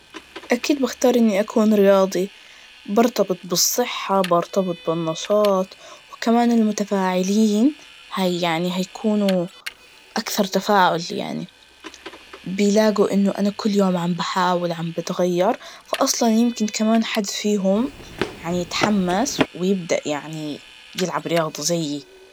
أكيد بختار اني أكون رياضي, برتبط بالصحة, برتبط بالنشاط, وكمان المتفاعلين, هي- يعني هيكونوا أكثر تفاعل, يعني بيلاقوا إنه أنا كل يوم عمبحاول, عمباتغير, وأصلاً يمكن كمان حد فيهم يعني يتحمس ويبدأ يعني يلعب رياضة زيي.